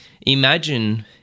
imagine